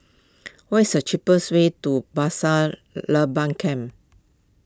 what is the cheapest way to Pasir Laba Camp